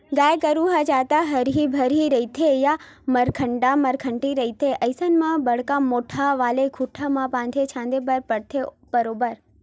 गाय गरु ह जादा हरही बरोबर रहिथे या मरखंडा मरखंडी रहिथे अइसन म बड़ मोट्ठा वाले खूटा म बांधे झांदे बर परथे बरोबर